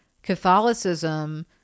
catholicism